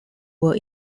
were